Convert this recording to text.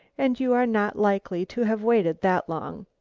and you are not likely to have waited that long.